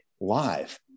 live